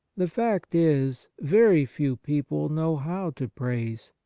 the fact is, very few people know how to praise,